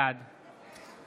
בעד